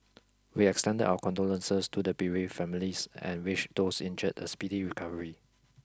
we extend our condolences to the bereaved families and wish those injured a speedy recovery